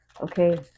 Okay